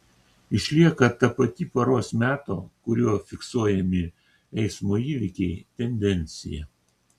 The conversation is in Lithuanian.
išlieka ta pati paros meto kuriuo fiksuojami eismo įvykiai tendencija